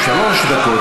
שלוש דקות.